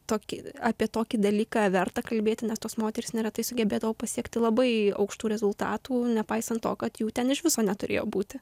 tokį apie tokį dalyką verta kalbėti nes tos moterys neretai sugebėdavo pasiekti labai aukštų rezultatų nepaisant to kad jų ten iš viso neturėjo būti